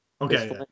Okay